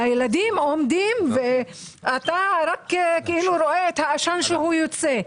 הילדים עומדים ואתה רואה את העשן שיוצא.